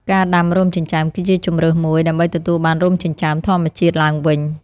ការដាំរោមចិញ្ចើមគឺជាជម្រើសមួយដើម្បីទទួលបានរោមចិញ្ចើមធម្មជាតិឡើងវិញ។